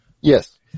Yes